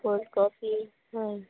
cold coffee हय